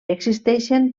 existeixen